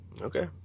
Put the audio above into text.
Okay